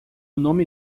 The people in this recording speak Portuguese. nome